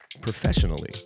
professionally